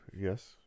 Yes